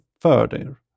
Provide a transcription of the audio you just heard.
further